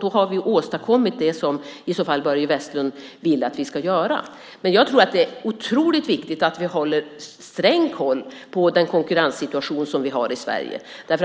Då har vi ju åstadkommit det som Börje Vestlund vill. Jag tror att det är otroligt viktigt att vi håller sträng koll på konkurrenssituationen i Sverige.